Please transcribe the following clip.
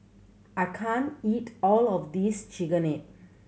I can't eat all of this Chigenabe